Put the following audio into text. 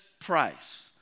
price